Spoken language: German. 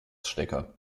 stecker